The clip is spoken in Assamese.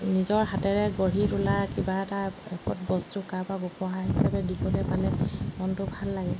নিজৰ হাতেৰে গঢ়ি তোলা কিবা এটা এপদ বস্তু কাৰোবাক উপহাৰ হিচাপে দিবলৈ পালে মনটো ভাল লাগে